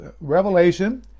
revelation